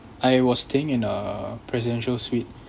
I was staying in a presidential suite